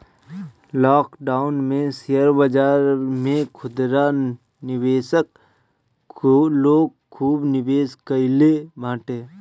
lockdown में share बाजार में खुदरा निवेशक लोग खूब निवेश कईले बाटे